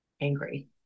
angry